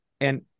And-